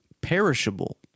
perishable